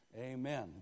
Amen